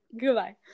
goodbye